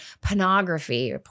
pornography